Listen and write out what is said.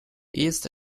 east